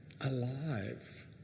alive